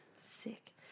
sick